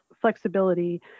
flexibility